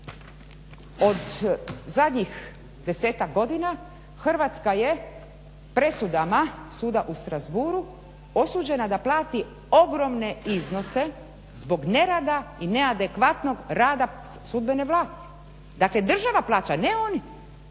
od zadnjih desetak godina Hrvatska je presudama suda u Strasbourgu osuđena da plati ogromne iznose zbog nerada i neadekvatnog rada sudbene vlasti. Dakle država plaća ne oni.